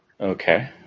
Okay